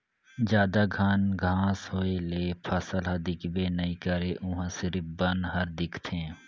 जादा घन घांस होए ले फसल हर दिखबे नइ करे उहां सिरिफ बन हर दिखथे